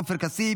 עופר כסיף,